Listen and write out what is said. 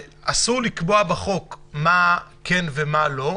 שאסור לקבוע בחוק מה כן ומה לא,